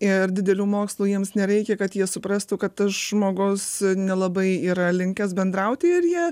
ir didelių mokslų jiems nereikia kad jie suprastų kad tas žmogus nelabai yra linkęs bendrauti ir jie